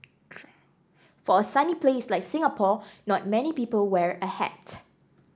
for a sunny place like Singapore not many people wear a hat